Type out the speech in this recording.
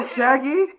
Shaggy